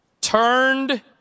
turned